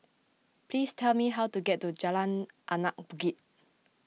please tell me how to get to Jalan Anak Bukit